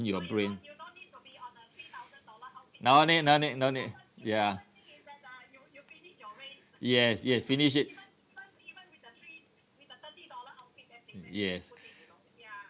in your brain no need no need no need ya yes yes finish it yes